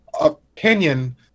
opinion